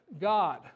God